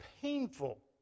painful